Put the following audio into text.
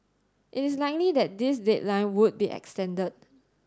it is likely that this deadline would be extended